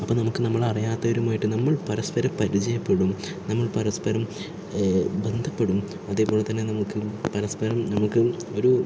അപ്പോൾ നമുക്ക് നമ്മളറിയാത്തവരുമായിട്ട് നമ്മൾ പരസ്പരം പരിചയപ്പെടും നമ്മൾ പരസ്പരം ബന്ധപ്പെടും അതേപോലെത്തന്നെ നമുക്ക് പരസ്പരം നമുക്ക് ഒരു